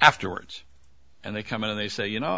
afterwards and they come in and they say you know